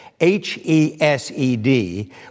H-E-S-E-D